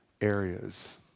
areas